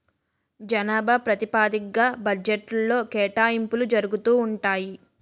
జనాభా ప్రాతిపదిగ్గా బడ్జెట్లో కేటాయింపులు జరుగుతూ ఉంటాయి